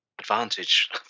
advantage